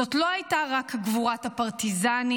זאת לא הייתה רק גבורת הפרטיזנים,